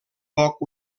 poc